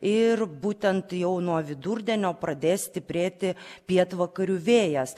ir būtent jau nuo vidurdienio pradės stiprėti pietvakarių vėjas